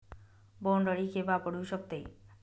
बोंड अळी केव्हा पडू शकते?